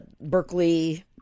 Berkeley